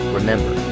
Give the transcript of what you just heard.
Remember